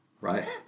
right